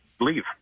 leave